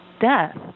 death